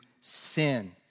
sin